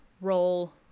role